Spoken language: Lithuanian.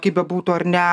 kaip bebūtų ar ne